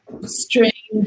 strange